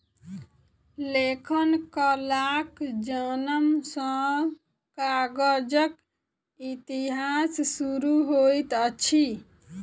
लेखन कलाक जनम सॅ कागजक इतिहास शुरू होइत अछि